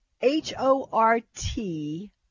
H-O-R-T